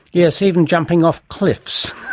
yes, even jumping off cliffs.